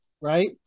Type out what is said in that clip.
right